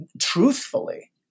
truthfully